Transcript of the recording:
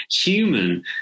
human